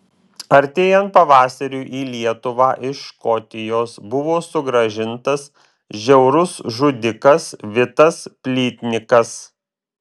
artėjant pavasariui į lietuvą iš škotijos buvo sugrąžintas žiaurus žudikas vitas plytnikas